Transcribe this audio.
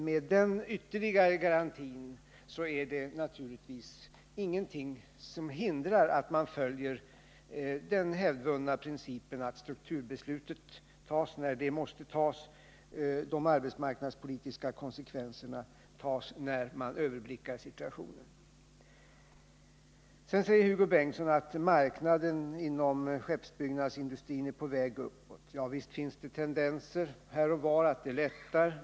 Med den ytterligare garantin är det naturligtvis ingenting som hindrar att man följer den hävdvunna principen och fattar beslut om strukturen när det måste göras och att de arbetsmarknadspolitiska konsekvenserna tas när situationen kan överblickas. Sedan säger Hugo Bengtsson att marknaden inom skeppsbyggnadsindustrin är på väg uppåt. Visst finns det tendenser här och var på att det lättar.